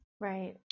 Right